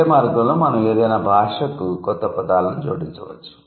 ఇదే మార్గంలో మనం ఏదైనా భాషకు కొత్త పదాలను జోడించవచ్చు